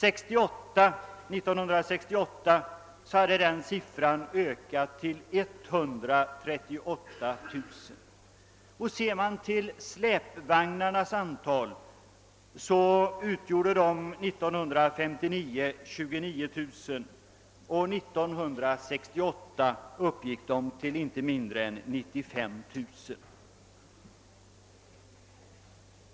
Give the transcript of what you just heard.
1968 hade den siffran stigit till 138 000. år 1959 var antalet släpvagnar 29 procent, medan antalet 1968 var 95 000.